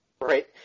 Right